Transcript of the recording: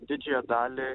didžiąją dalį